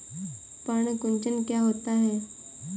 पर्ण कुंचन क्या होता है?